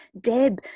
Deb